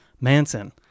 Manson